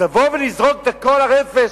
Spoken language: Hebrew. אז לבוא ולזרוק את כל הרפש,